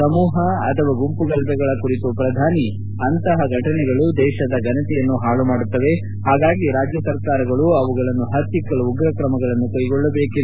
ಸಮೂಹ ಅಥವಾ ಗುಂಪು ಗಲಭೆಗಳ ಕುರಿತು ಪ್ರಧಾನಿ ಅಂತಹ ಘಟನೆಗಳು ದೇಶದ ಘನತೆಯನ್ನು ಹಾಳು ಮಾಡುತ್ತವೆ ಹಾಗಾಗಿ ರಾಜ್ಯ ಸರ್ಕಾರಗಳು ಅವುಗಳನ್ನು ಪತ್ತಿಕ್ಕಲು ಉಗ್ರ ಕ್ರಮಗಳನ್ನು ಕೈಗೊಳ್ಳಬೇಕೆಂದರು